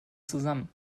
zusammen